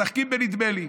משחקים בנדמה לי.